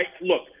look